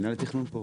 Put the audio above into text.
גם התכנון פה?